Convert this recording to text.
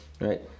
right